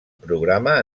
programa